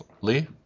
Lee